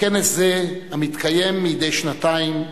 וכנס זה, המתקיים מדי שנתיים,